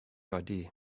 idea